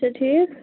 اَچھا ٹھیٖک